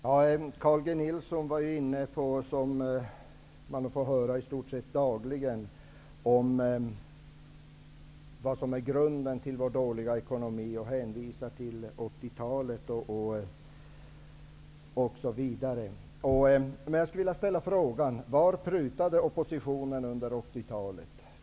Herr talman! Carl G Nilsson var inne på det som man får höra i stort sett dagligen, nämligen vad som är grunden till vår dåliga ekonomi, och han hänvisade till 80-talet, osv. Jag skall ställa en fråga. På vilka områden prutade oppositionen på 80-talet?